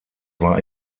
war